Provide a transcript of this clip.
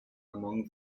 among